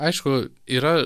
aišku yra